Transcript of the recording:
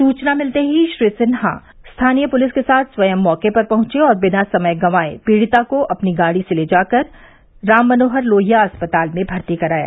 सूचना मिलते ही श्री सिन्हा स्थानीय पुलिस के साथ स्वयं मौके पर पहुंचे और बिना समय गंवाए पीड़िता को अपनी गाड़ी से ले जाकर राम मनोहर लोहिया अस्पताल में भर्ती कराया